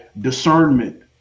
discernment